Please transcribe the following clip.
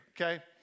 okay